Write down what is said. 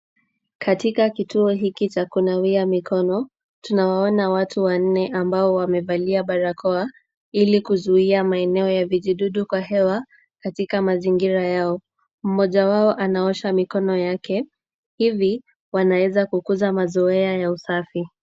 Katika kituo hiki cha kunawia mikono, tunawaona watu wanne ambao wamevalia barakoa, ili kuzuia maeneo ya vijidudu kwa hewa katika mazingira yao. Mmoja wao anaosha mikono yake, hivi wanaweza kukuza mazoea ya usafi.